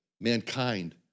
mankind